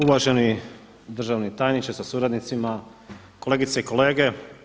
Uvaženi državni tajniče sa suradnicima, kolegice i kolege.